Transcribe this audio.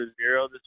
zero